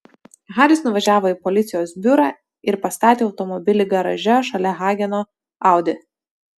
haris nuvažiavo į policijos biurą ir pastatė automobilį garaže šalia hageno audi